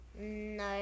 No